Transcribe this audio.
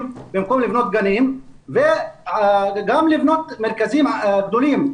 במקום לבנות גנים וגם לבנות מרכזים גדולים.